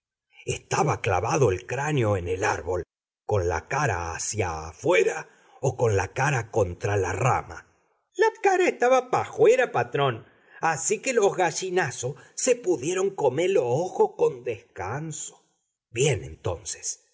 estaba clavado el cráneo en el árbol con la cara hacia afuera o con la cara contra la rama la cara etaba pá juera patrón así que los gallinasos se pudieron come los ojos con descanso bien entonces